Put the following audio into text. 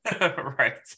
Right